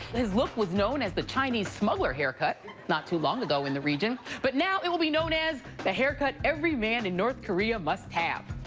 his look was known as the chinese smuggler haircut not too long ago in the region, but now it will be known as the haircut every man in north korea must have.